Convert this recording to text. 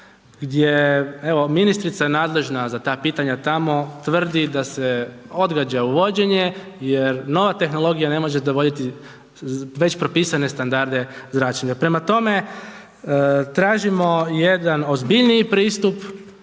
evo ministrica nadležna za ta pitanja tamo tvrdi se odgađa uvođenje jer nova tehnologija ne može dovoditi već propisane standarde zračenja. Prema tome, tražimo jedan ozbiljniji pristup